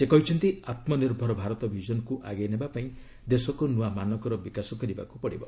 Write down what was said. ସେ କହିଛନ୍ତି ଆତ୍ମନିର୍ଭର ଭାରତ ଭିଜନକୁ ଆଗେଇ ନେବା ପାଇଁ ଦେଶକୁ ନୂଆ ମାନକ ର ବିକାଶ କରିବାକୁ ହେବ